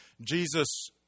Jesus